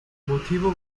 motivo